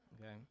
okay